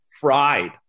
fried